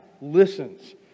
listens